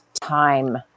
time